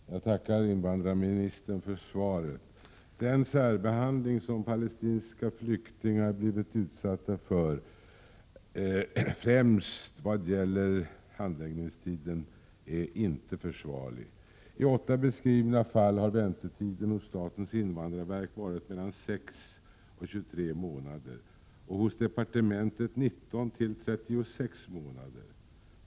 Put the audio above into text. Fru talman! Jag tackar invandrarministern för svaret. Den särbehandling som palestinska flyktingar blivit utsatta för, främst i vad gäller handläggningstiden, är inte försvarlig. I åtta beskrivna fall har väntetiden vid statens invandrarverk varit mellan 6 och 23 månader och i departementet mellan 19 och 36 månader.